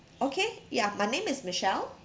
okay yeah my name is michelle